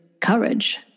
courage